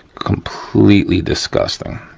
completely disgusting.